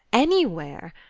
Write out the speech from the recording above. anywhere.